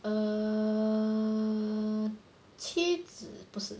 err 妻子不是